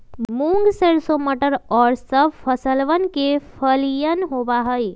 मूंग, सरसों, मटर और सब फसलवन के फलियन होबा हई